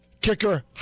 kicker